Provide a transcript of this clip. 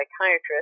psychiatrist